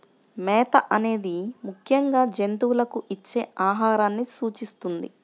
మేత అనేది ముఖ్యంగా జంతువులకు ఇచ్చే ఆహారాన్ని సూచిస్తుంది